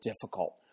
difficult